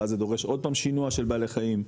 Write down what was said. ואז זה דורש עוד פעם שינוע של בעלי חיים,